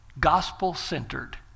gospel-centered